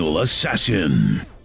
Assassin